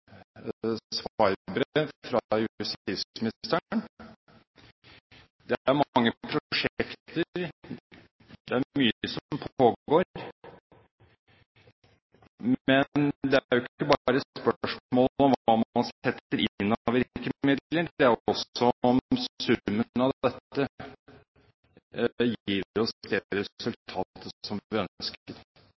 mange prosjekter, det er mye som pågår. Men det er ikke bare spørsmål om hva man setter inn av virkemidler; det er også et spørsmål om summen av dette gir oss det resultatet